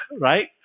right